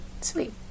Sweet